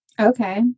Okay